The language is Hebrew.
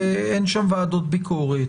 אין שם ועדות ביקורת,